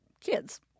kids